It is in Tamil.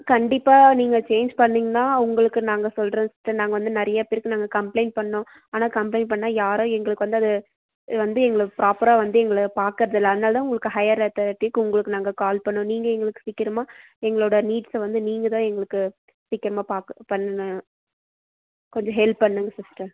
கண்டிப்பாக நீங்கள் சேஞ்ச் பண்ணீங்கன்னா உங்களுக்கு நாங்கள் சொல்கிறோம் சிஸ்டர் நாங்கள் வந்து நிறையா பேருக்கு நாங்கள் கம்ப்ளைண்ட் பண்ணோம் ஆனால் கம்ப்ளைண்ட் பண்ணால் யாரும் எங்களுக்கு வந்து அது வந்து எங்களுக்கு பிராப்பராக வந்து எங்களை பார்க்கறது இல்லை அதனால்தான் உங்களுக்கு ஹையர் அத்தாரிட்டிக்கு உங்களுக்கு நாங்கள் கால் பண்ணோம் நீங்கள் எங்களுக்கு சீக்கரமாக எங்களோட நீட்ஸை வந்து நீங்கள்தான் எங்களுக்கு சீக்கரமாக பார்க்கு பண்ணணும் கொஞ்சம் ஹெல்ப் பண்ணுங்க சிஸ்டர்